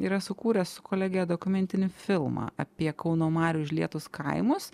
yra sukūręs su kolege dokumentinį filmą apie kauno marių užlietus kaimus